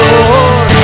Lord